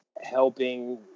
helping